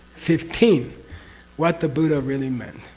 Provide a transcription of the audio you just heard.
fifteen what the buddha really meant.